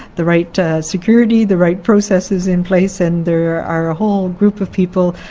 the right security, the right processes in place, and there are a whole group of people,